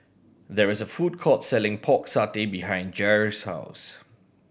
there is a food court selling Pork Satay behind Jair's house